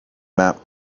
map